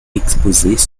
exposées